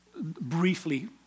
briefly